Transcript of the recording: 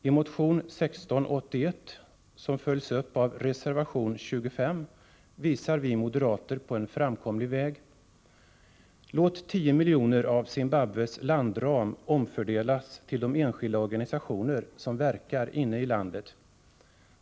I motion 1681, som följs upp av reservation 25, har vi moderater visat på en framkomlig väg. Låt 10 miljoner av Zimbabwes landram omfördelas till de enskilda organisationer som verkar inne i landet.